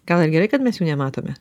ką gi reikia nes jų nematome